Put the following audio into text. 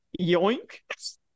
yoink